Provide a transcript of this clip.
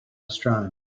astronomy